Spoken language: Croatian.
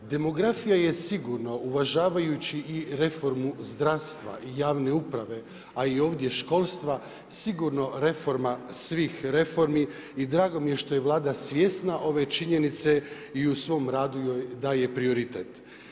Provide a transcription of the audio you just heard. Demografija je sigurno uvažavajući i reformu zdravstva i javne uprave, a i ovdje školstva sigurno reforma svih reformi i drago mi je što je Vlada svjesna ove činjenice i u svom radu joj daje prioritet.